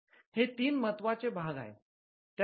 हे तीन महत्त्वाचे भाग आहेत